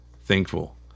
thankful